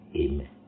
Amen